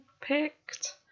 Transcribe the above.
picked